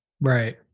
Right